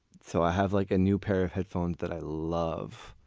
so i have like a new pair of headphones that i love.